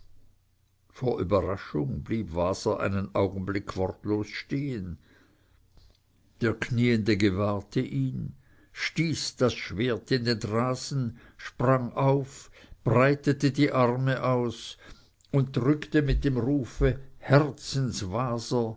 vor überraschung blieb waser einen augenblick wortlos stehen der knieende gewahrte ihn stieß das schwert in den rasen sprang auf breitete die arme aus und drückte mit dem rufe